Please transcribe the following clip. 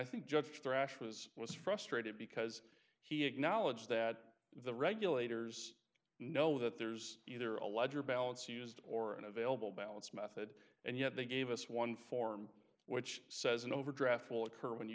thrash was was frustrated because he acknowledged that the regulators know that there's either a ledger balance used or an available balance method and yet they gave us one form which says an overdraft will occur when you